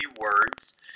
words